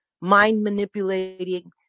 mind-manipulating